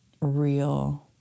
real